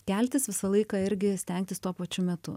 keltis visą laiką irgi stengtis tuo pačiu metu